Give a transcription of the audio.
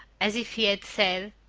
as if he had said,